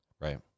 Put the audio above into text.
Right